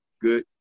good